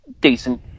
decent